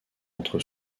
entre